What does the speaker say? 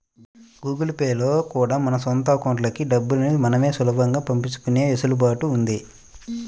Google Pay లో కూడా మన సొంత అకౌంట్లకి డబ్బుల్ని మనమే సులభంగా పంపించుకునే వెసులుబాటు ఉంది